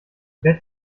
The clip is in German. bett